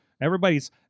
Everybody's